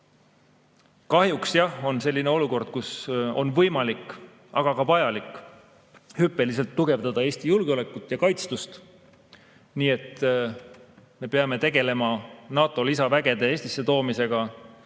Kahjuks tõesti on selline olukord, kus on võimalik, aga ka vajalik hüppeliselt tugevdada Eesti julgeolekut ja kaitstust. Nii et me peame tegelema NATO lisavägede Eestisse toomisega.